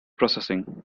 processing